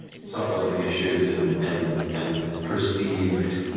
self-loathing issues and and and perceived.